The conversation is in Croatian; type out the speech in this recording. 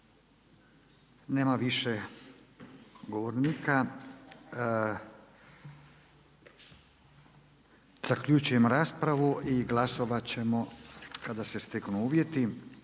Hvala vam. Zaključujem raspravu i glasovati ćemo kada se steknu uvjeti,